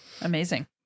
amazing